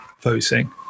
voting